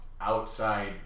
Outside